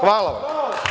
Hvala.